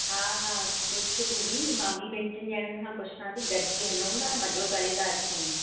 हा हा पुछ तूं बि मां ॿिनि टिनि ॼणनि खां पुछां थी गॾिजी हलूं था मज़ो करे था अचूं